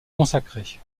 consacré